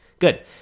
Good